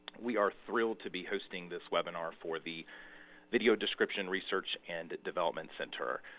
we're thrilled to be hosting this webinar for the video description research and development center.